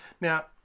Now